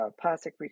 plastic